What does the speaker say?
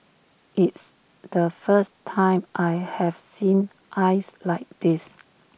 it's the first time I have seen ice like this